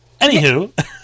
Anywho